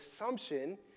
assumption